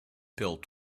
pill